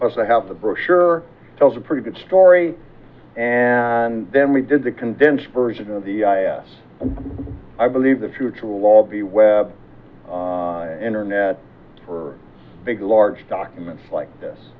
us i have the brochure tells a pretty good story and then we did the condensed version of the us and i believe the future will all be web internet for big large documents